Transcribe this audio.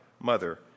mother